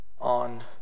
on